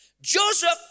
Joseph